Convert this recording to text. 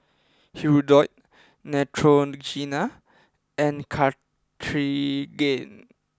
Hirudoid Neutrogena and Cartigain